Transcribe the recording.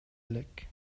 элек